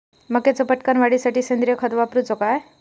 मक्याचो पटकन वाढीसाठी सेंद्रिय खत वापरूचो काय?